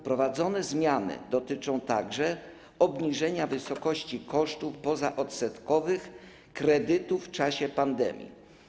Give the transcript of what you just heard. Wprowadzone zmiany dotyczą także obniżenia wysokości kosztów pozaodsetkowych kredytów w czasie pandemii.